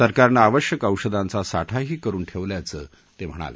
सरकारनं आवश्यक औषधांचा साठाही करुन ठेवल्याचं ते म्हणाले